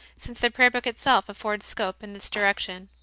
since the prayer book itself affords scope in this direction.